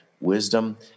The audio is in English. wisdom